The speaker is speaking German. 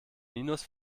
minus